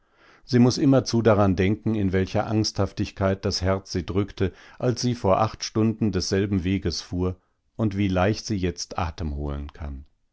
sie muß immerzu daran denken in welcher angsthaftigkeit das herz sie drückte als sie vor acht stunden desselben weges fuhr und wie leicht sie jetzt atem holen kann